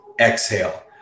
exhale